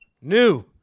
new